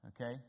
okay